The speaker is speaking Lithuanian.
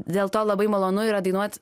dėl to labai malonu yra dainuot